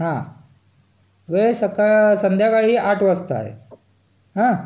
हां वेळ सकाळ संध्याकाळी आठ वाजता आहे हां